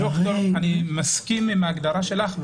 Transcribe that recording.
אני מסכים עם ההגדרה שלך,